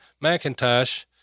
Macintosh